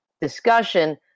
discussion